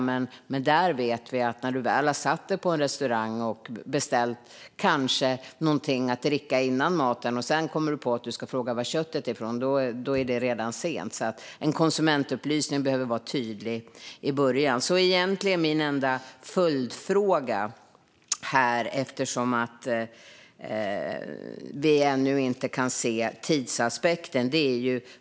Men vi vet att när du väl har satt dig på en restaurang, och kanske beställt någonting att dricka innan maten, och sedan kommer på att du ska fråga var köttet är ifrån är det redan sent. En konsumentupplysning behöver vara tydlig i början. Egentligen har jag en enda följdfråga, eftersom vi ännu inte kan se tidsaspekten.